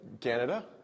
Canada